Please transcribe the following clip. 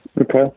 Okay